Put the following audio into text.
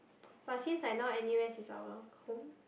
but since like now N_U_S is our home